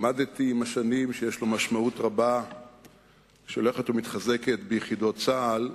למדתי עם השנים שיש לו משמעות רבה שהולכת ומתחזקת ביחידות צה"ל,